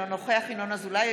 אינו נוכח ינון אזולאי,